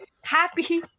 happy